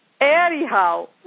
Anyhow